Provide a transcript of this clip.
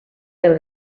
del